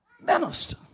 minister